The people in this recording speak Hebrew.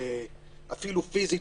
אפילו פיזית,